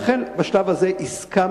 לכן, בשלב הזה הסכמנו.